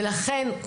לכן,